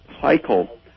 cycle